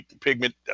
pigment